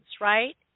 right